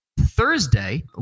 Thursday